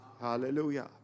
Hallelujah